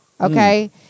Okay